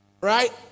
Right